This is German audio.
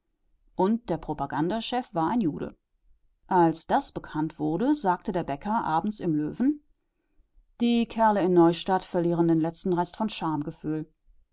und der propagandachef war ein jude als das bekannt wurde sagte der bäcker abends im löwen die kerle in neustadt verlieren den letzten rest von